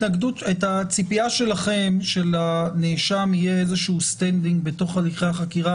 הציפייה שלכם שלנאשם יהיה איזשהו סטנדינג בתוך הליכי החקירה,